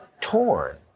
torn